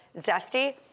zesty